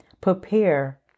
Prepare